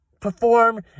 perform